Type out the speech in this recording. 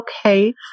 okay